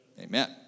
Amen